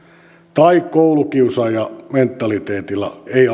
tai koulukiusaajamentaliteetilla ei